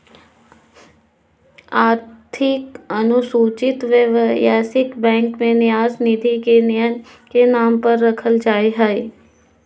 अधिक अनुसूचित व्यवसायिक बैंक में न्यास निधि के न्यास के नाम पर रखल जयतय